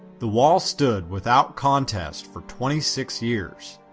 the wall stood without contest for twenty six years.